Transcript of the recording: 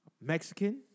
Mexican